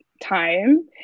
time